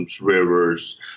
rivers